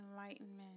enlightenment